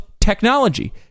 technology